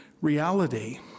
reality